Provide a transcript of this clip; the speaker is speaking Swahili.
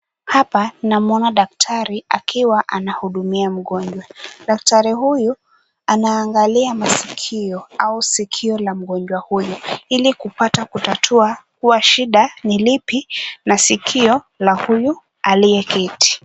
Hapa namuona daktari akiwa anamhudumia mgonjwa. Daktari huyu anaangalia masikio au sikio la mgonjwa huyu ili kupata kutatua kuwa shida ni lipi na sikio la huyu aliyeketi.